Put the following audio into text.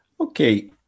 Okay